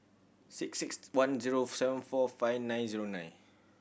six six one zero seven four five nine zero nine